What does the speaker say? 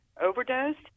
overdosed